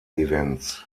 events